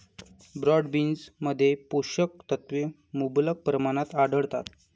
broad बीन्समध्ये पोषक तत्वे मुबलक प्रमाणात आढळतात